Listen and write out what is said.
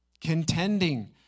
contending